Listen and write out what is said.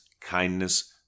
kindness